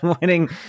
winning –